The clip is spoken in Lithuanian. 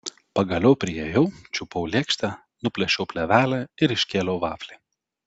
pagaliau priėjau čiupau lėkštę nuplėšiau plėvelę ir iškėliau vaflį